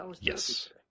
Yes